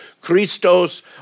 Christos